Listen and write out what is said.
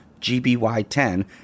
GBY10